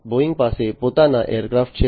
Boeing પાસે પોતાના aircraft છે